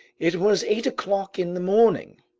it was eight o'clock in the morning.